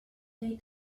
lay